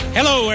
Hello